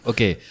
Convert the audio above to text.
Okay